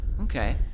Okay